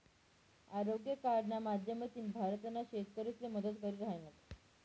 आरोग्य कार्डना माध्यमथीन भारतना शेतकरीसले मदत करी राहिनात